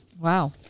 Wow